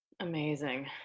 Amazing